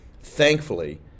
Thankfully